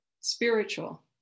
spiritual